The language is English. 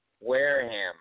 Wareham